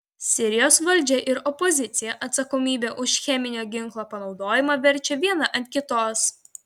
sirijos valdžia ir opozicija atsakomybę už cheminio ginklo panaudojimą verčia viena ant kitos